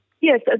Yes